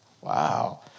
Wow